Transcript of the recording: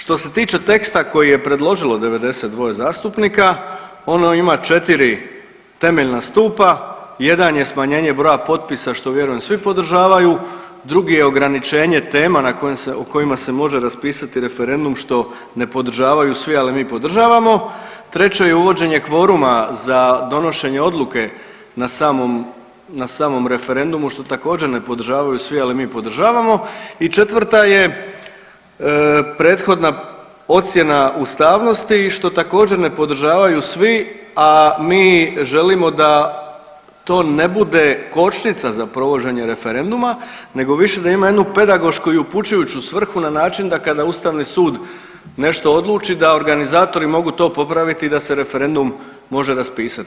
Što se tiče teksta koji je predložilo 92 zastupnika, ono ima 4 temeljna stupa, jedan je smanjenje broja potpisa, što vjerujem svi podržavaju, drugi je ograničenje tema na kojim se, o kojima se može raspisati referendum što ne podržavaju svi, ali mi podržavamo, treće je uvođenje kvoruma za donošenje odluke na samom, na samom referendumu što također ne podržavaju svi, ali mi podržavamo i četvrta je prethodna ocjena ustavnosti što također ne podržavaju svi, a mi želimo da to ne bude kočnica za provođenje referenduma nego više da ima jednu pedagošku i upućujuću svrhu na način da kada ustavni sud nešto odluči da organizatori mogu to popraviti i da se referendum može raspisati.